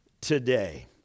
today